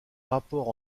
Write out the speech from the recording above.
rapports